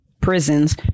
prisons